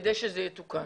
כדי שזה יתוקן.